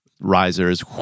risers